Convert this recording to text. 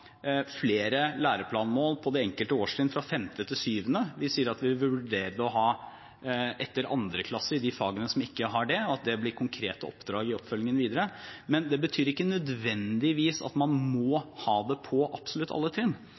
flere læreplanmål på det enkelte årstrinn fra 5. til 7. klasse. Vi sier at vi vil vurdere å ha det etter 2. klasse i de fagene som ikke har det, og at det blir konkrete oppdrag i oppfølgingen videre, men det betyr ikke nødvendigvis at man må ha det på absolutt alle trinn.